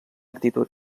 actitud